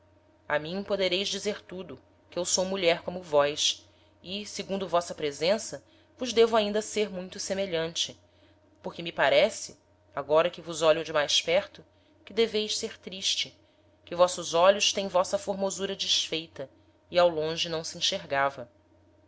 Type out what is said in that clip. a mim podereis dizer tudo que eu sou mulher como vós e segundo vossa presença vos devo ainda ser muito semelhante porque me parece agora que vos ólho de mais perto que deveis ser triste que vossos olhos teem vossa formosura desfeita e ao longe não se enxergava